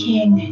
King